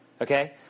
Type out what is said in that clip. Okay